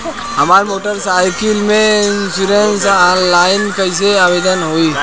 हमार motorcycle के insurance online कईसे आवेदन होई?